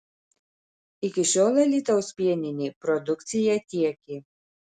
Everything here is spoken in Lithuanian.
iki šiol alytaus pieninė produkciją tiekė